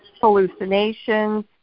hallucinations